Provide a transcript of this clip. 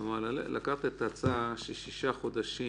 כלומר, לקחת את ההצעה של שישה חודשים